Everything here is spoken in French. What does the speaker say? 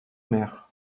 mer